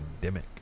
pandemic